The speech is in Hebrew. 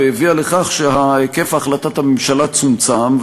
והביאה לכך שהיקף החלטת הממשלה צומצם,